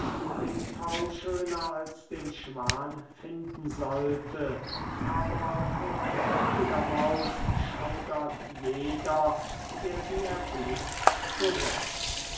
den pfau schöner als den schwan finden sollte aber vor der fledermaus schaudert jeder der sie erblickt zurück